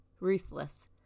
ruthless